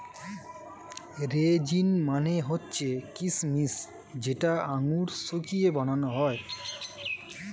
raisin মানে হচ্ছে কিচমিচ যেটা আঙুর শুকিয়ে বানানো হয়